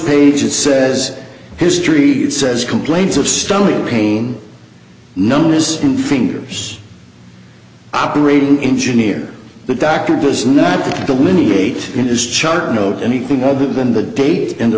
page it says history says complaints of stomach pain numbness in fingers operating engineer the doctor does not delineate in his chart note anything other than the date and the